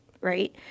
right